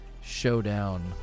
Showdown